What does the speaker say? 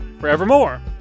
forevermore